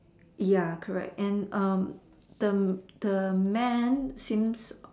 ya correct and um then the man seems